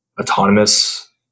autonomous